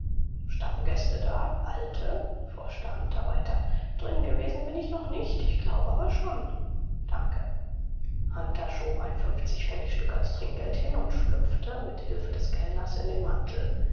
stammgäste da alte forschte hunter weiter drin gewesen bin ich noch nicht ich glaube aber schon danke hunter schob ein fünfzigpfennigstück als trinkgeld hin und schlüpfte mit hilfe des kellners in den mantel